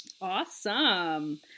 Awesome